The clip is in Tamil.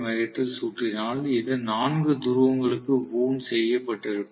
வேகத்தில் சுற்றினால் இது 4 துருவங்களுக்கு வூண்ட் செய்யப்பட்டிருக்கும்